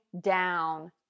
down